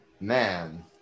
Man